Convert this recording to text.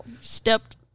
stepped